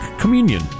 communion